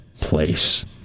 place